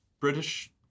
British